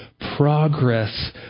progress